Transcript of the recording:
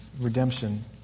redemption